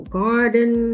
garden